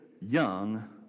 young